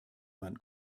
man